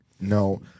No